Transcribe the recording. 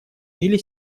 или